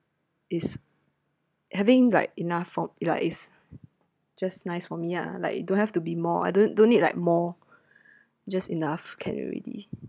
is having like enough for it lah is just nice for me ah like don't have to be more I don't don't need like more just enough can already